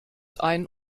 ein